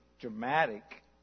dramatic